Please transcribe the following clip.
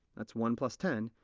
that's one plus ten,